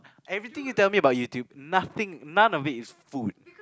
everything you tell me about YouTube nothing none of it is food